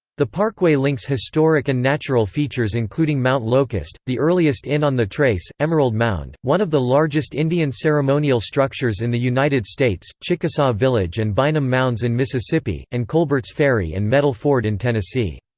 the parkway links historic and natural features including mount locust, the earliest inn on the trace, emerald mound, one of the largest indian ceremonial structures in the united states, chickasaw village and bynum mounds in mississippi, and colbert's ferry and metal ford in tennessee.